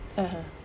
(uh huh)